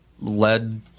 lead